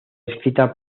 escrita